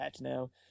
now